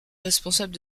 responsable